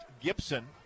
Gibson